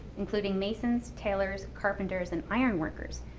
including masons, tailors, carpenters, and ironworkers,